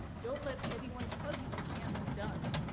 don't let anyone tell you it can't be done.